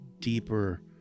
deeper